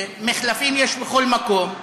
מחלפים יש בכל מקום.